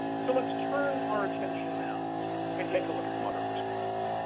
so let's turn our attention now and take a look at some other perspectives.